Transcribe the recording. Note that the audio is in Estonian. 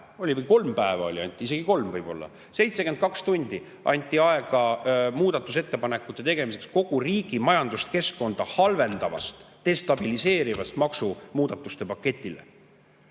praegu. Kaks päeva oli, isegi kolm võib-olla, 72 tundi anti aega muudatusettepanekute tegemiseks kogu riigi majanduskeskkonda halvendava, destabiliseeriva maksumuudatuste paketi